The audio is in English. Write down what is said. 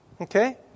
Okay